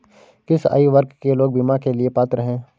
किस आयु वर्ग के लोग बीमा के लिए पात्र हैं?